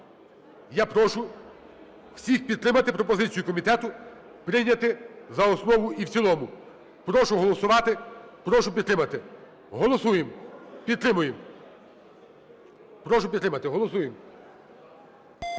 Я прошу всіх підтримати пропозицію комітету прийняти за основу і в цілому. Прошу голосувати, прошу підтримати. Голосуємо, підтримуємо. Прошу підтримати, голосуємо.